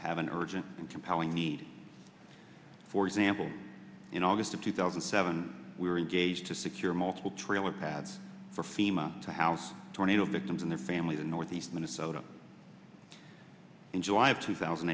have an urgent and compelling need for example in august of two thousand and seven we were engaged to secure multiple trailer paths for fema to house tornado victims and their families in northeast minnesota in july of two thousand